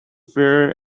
fear